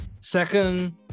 second